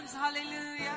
Hallelujah